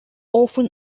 often